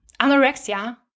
anorexia